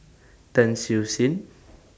Tan Siew Sin